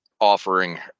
offering